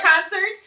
concert